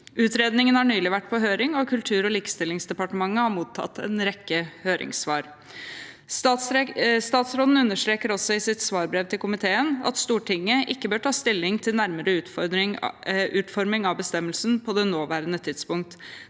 Utredningen har nylig vært på høring, og Kultur- og likestillingsdepartementet har mottatt en rekke høringssvar. Statsråden understreker også i sitt svarbrev til komiteen at Stortinget ikke bør ta stilling til nærmere utforming av bestemmelsen på det nåværende tidspunkt,